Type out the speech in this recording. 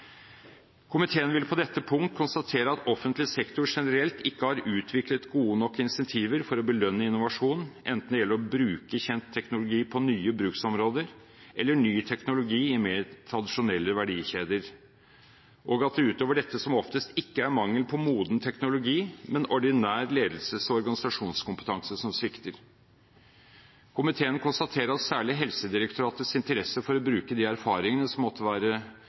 Komiteen vil på dette punkt konstatere at offentlig sektor generelt ikke har utviklet gode nok incentiver for å belønne innovasjon, enten det gjelder å bruke kjent teknologi på nye bruksområder, eller ny teknologi i mer tradisjonelle verdikjeder, og at det utover dette som oftest ikke er mangel på moden teknologi, men ordinær ledelses- og organisasjonskompetanse som svikter. Komiteen konstaterer at særlig Helsedirektoratets interesse for å bruke de erfaringene som måtte være